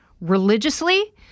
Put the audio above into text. religiously